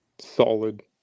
solid